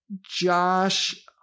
Josh